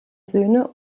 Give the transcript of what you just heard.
söhne